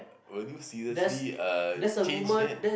will you seriously uh change that